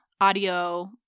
audio